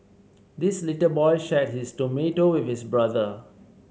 this little boy shared his tomato with his brother